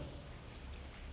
mm mm